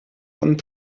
und